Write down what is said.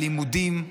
על לימודים,